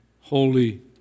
Holy